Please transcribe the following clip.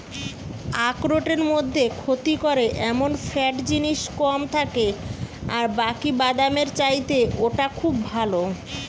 আখরোটের মধ্যে ক্ষতি করে এমন ফ্যাট জিনিস কম থাকে আর বাকি বাদামের চাইতে ওটা খুব ভালো